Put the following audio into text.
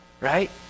right